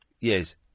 Yes